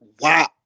Wow